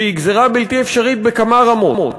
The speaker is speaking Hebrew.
והיא גזירה בלתי אפשרית בכמה רמות.